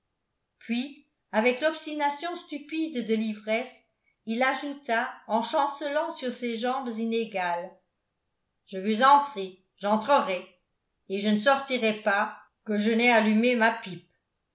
puis avec l'obstination stupide de l'ivresse il ajouta en chancelant sur ses jambes inégales je veux entrer j'entrerai et je ne sortirai pas que je n'aie allumé ma pipe